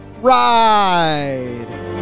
ride